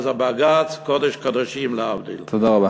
אז הבג"ץ הוא קודש-קודשים, להבדיל תודה רבה.